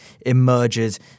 emerges